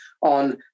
on